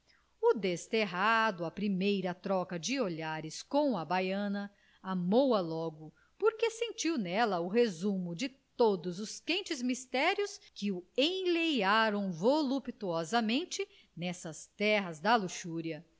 o desterrado à primeira troca de olhares com a baiana amou a logo porque sentiu nela o resumo de todos os quentes mistérios que os enlearam voluptuosamente nestas terras da luxúria